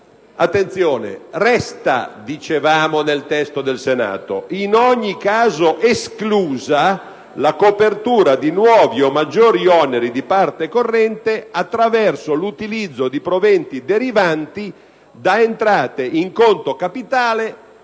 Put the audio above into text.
o maggiori entrate; resta in ogni caso esclusa la copertura di nuovi o maggiori oneri di parte corrente attraverso l'utilizzo dei proventi derivanti da entrate in conto capitale.